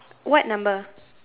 what number